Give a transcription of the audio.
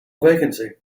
vacancy